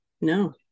No